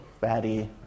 fatty